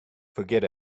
forget